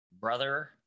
brother